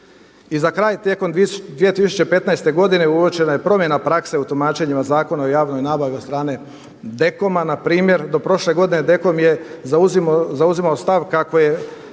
I za kraj. Tijekom 2015. godine uočena je promjena prakse u tumačenjima Zakona o javnoj nabavi od strane DKOM-a npr. do prošle godine DKOM je zauzimao stav kako je